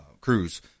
Cruz